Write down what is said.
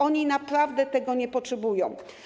Oni naprawdę tego nie potrzebują.